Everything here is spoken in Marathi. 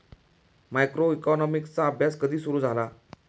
मायक्रोइकॉनॉमिक्सचा अभ्यास कधी सुरु झाला?